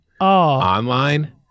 online